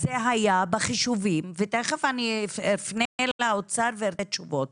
אז זה היה בחישובים ותיכף אני אפנה לאוצר וארצה תשובות.